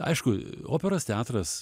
aišku operos teatras